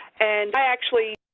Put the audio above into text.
and i actually